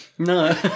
no